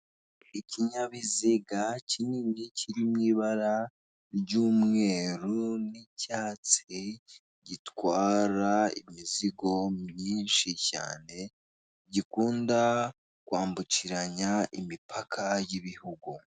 Ikinyabiziga kinini kiri mu ibara ry'umweru n'icyatsi gitwara imizigo myinshi cyane gikunda kwambukiranya imipaka y'ibihugu.